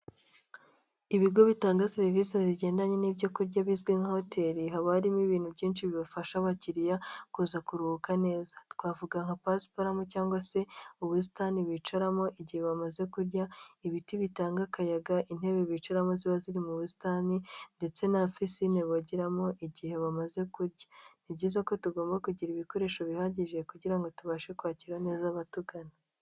Ibigo bitanga serivisi zigendanye n'ibyo kurya bizwi nka hoteli haba harimo ibintu byinshi bibafasha abakiriya kuza kuruhuka neza twavuga nka pasiparamu cyangwa se ubusitani bicaramo igihe bamaze kurya, ibiti bitanga akayaga, intebe bicaramo ziba ziri mu busitani ndetse na pisine bogeramo igihe bamaze kurya ni byiza ko tugomba kugira ibikoresho bihagije kugirango ngo tubashe kwakira neza abatugana.